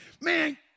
man